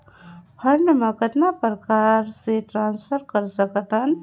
Fund मे कतना प्रकार से ट्रांसफर कर सकत हन?